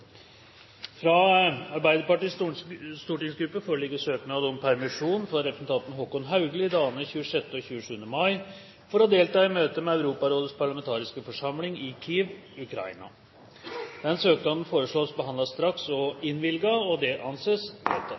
Fra Arbeiderpartiets stortingsgruppe foreligger søknad om permisjon for representanten Håkon Haugli i dagene 26. og 27. mai, for å delta i møte i Europarådets parlamentariske forsamling i Kiev, Ukraina. Etter forslag fra presidenten ble enstemmig besluttet: Søknaden behandles straks og